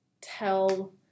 tell